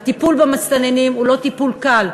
הטיפול במסתננים הוא לא טיפול קל,